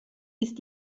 ist